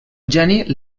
geni